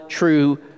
true